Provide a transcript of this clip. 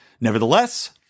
Nevertheless